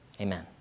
Amen